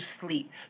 sleep